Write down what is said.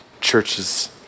churches